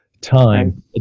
time